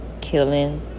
killing